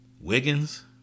Wiggins